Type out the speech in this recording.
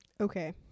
Okay